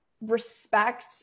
respect